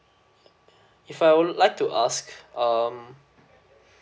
if I would like to ask um